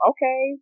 Okay